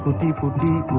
da da